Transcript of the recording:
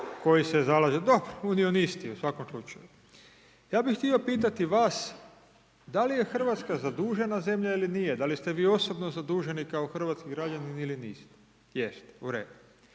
čuje./... Dobro, unionisti u svakom slučaju. Ja bih htio pitati vas da li je Hrvatska zadužena zemlja ili nije, da li ste vi osobno zaduženi kao hrvatski građanin ili niste? Jeste, u redu.